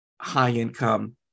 high-income